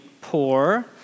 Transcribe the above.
poor